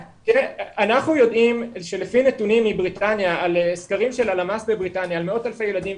אנחנו יודעים על סקרים של הלמ"ס בבריטניה על מאות אלפי ילדים,